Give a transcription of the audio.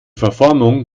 verformung